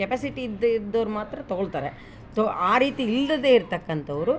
capacity ಇದ್ದ ಇದ್ದೋರು ಮಾತ್ರ ತಗೋಳ್ತಾರೆ ತೊ ಆ ರೀತಿ ಇಲ್ಲದ್ದೇ ಇರ್ತಕ್ಕಂಥವ್ರು